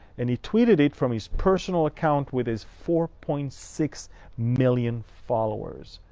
and he tweeted it from his personal account with his four point six million followers.